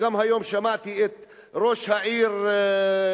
גם היום שמעתי את ראש העיר חיפה,